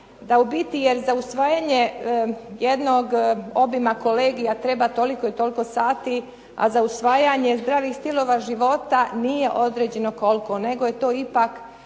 da u biti za usvajanje jednog obima kolegija treba toliko i toliko sati, a za usvajanje zdravih stilova života nije određeno koliko nego je to ipak